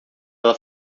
ela